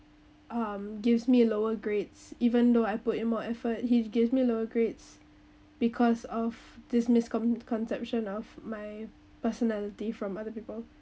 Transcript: um gives me lower grades even though I put in more effort he gives me lower grades because of this misconception of my personality from other people